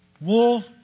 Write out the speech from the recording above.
wool